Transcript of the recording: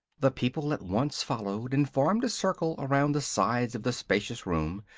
the people at once followed and formed a circle around the sides of the spacious room,